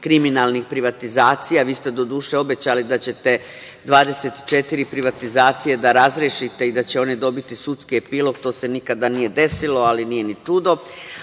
kriminalnih privatizacija. Vi ste doduše obećali da ćete 24 privatizacije da razrešite i da će one dobiti sudski epilog. To se nikada nije desilo, ali nije ni čudo.